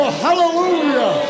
hallelujah